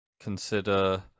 consider